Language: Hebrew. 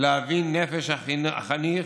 להבין נפש החניך,